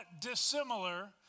dissimilar